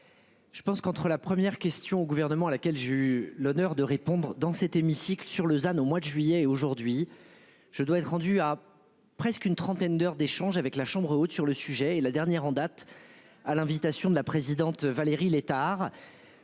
Je pense qu'entre la première question au gouvernement à laquelle j'ai eu l'honneur de répondre dans cet hémicycle sur Lausanne au mois de juillet et aujourd'hui je dois être rendu à presque une trentaine d'heures d'échanges avec la chambre haute sur le sujet et la dernière en date à l'invitation de la présidente Valérie Létard.